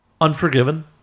Unforgiven